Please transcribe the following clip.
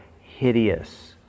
hideous